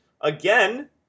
again